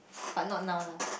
but not now lah